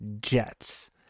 jets